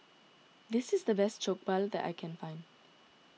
this is the best Jokbal that I can find